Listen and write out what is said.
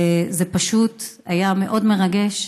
וזה פשוט היה מאוד מרגש,